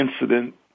incident